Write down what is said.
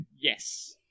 Yes